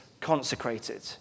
consecrated